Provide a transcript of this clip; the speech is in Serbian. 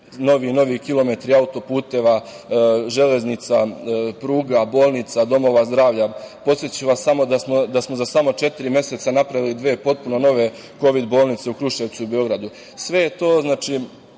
mnogi kilometri auto-puteva, železnica, pruga, bolnica, domova zdravlja. Podsetiću vas samo da smo za samo četiri meseca napravili dve potpuno nove kovid-bolnice u Kruševcu i u Beogradu. Sve je to